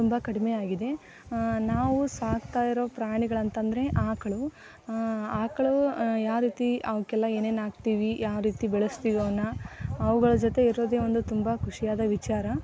ತುಂಬ ಕಡಿಮೆ ಆಗಿದೆ ನಾವು ಸಾಕ್ತಾ ಇರೋ ಪ್ರಾಣಿಗಳಂತಂದರೆ ಆಕಳು ಆಕಳು ಯಾವ ರೀತಿ ಅವಕ್ಕೆಲ್ಲ ಏನು ಏನು ಹಾಕ್ತಿವಿ ಯಾವ ರೀತಿ ಬೆಳೆಸ್ತೀವಿ ಅವನ್ನ ಅವುಗಳ ಜೊತೆ ಇರೋದೆ ಒಂದು ತುಂಬ ಖುಷಿಯಾದ ವಿಚಾರ